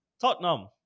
Tottenham